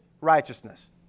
righteousness